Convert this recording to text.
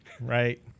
right